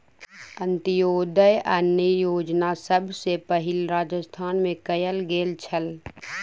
अन्त्योदय अन्न योजना सभ सॅ पहिल राजस्थान राज्य मे कयल गेल छल